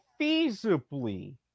feasibly